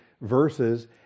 verses